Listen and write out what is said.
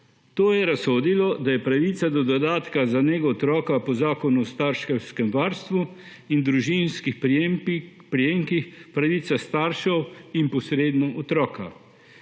To je razsodilo, da je pravica do dodatka za nego otroka po Zakonu o starševskem varstvu in družinskih prejemkih pravica staršev in posredno otroka,